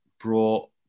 brought